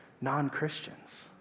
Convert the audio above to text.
non-Christians